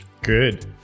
Good